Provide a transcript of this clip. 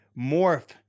morph